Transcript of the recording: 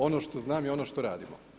Ono što znam i ono što radimo.